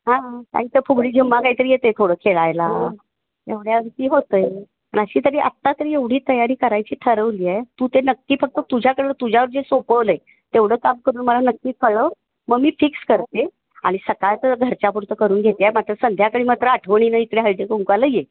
हां हां नाही तर फुगडी झिम्मा काहीतरी येतं आहे थोडं खेळायला एवढ्यावरती होतं आहे पण अशी तरी आत्ता तरी एवढी तयारी करायची ठरवली आहे तू ते नक्की फक्त तुझ्याकडं तुझ्यावर जे सोपवलं आहे तेवढं काम करून मला नक्की कळव मग मी फिक्स करते आणि सकाळचं घरच्या पुरतं करून घेते मात्र संध्याकाळी मात्र आठवणीनं इकडे हळदीकुंकवाला ये